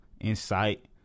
insight